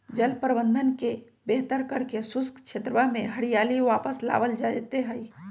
जल प्रबंधन के बेहतर करके शुष्क क्षेत्रवा में हरियाली वापस लावल जयते हई